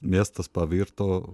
miestas pavirto